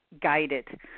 guided